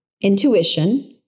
intuition